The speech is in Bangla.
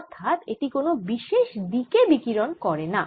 অর্থাৎ এটি কোন বিশেষ দিকে বিকিরণ করেনা